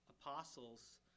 apostles